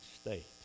state